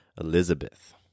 Elizabeth